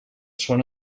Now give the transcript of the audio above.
són